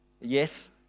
Yes